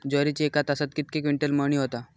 ज्वारीची एका तासात कितके क्विंटल मळणी होता?